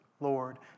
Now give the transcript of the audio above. Lord